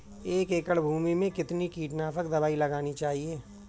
एक एकड़ भूमि में कितनी कीटनाशक दबाई लगानी चाहिए?